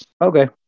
okay